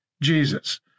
Jesus